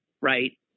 right